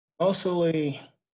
mostly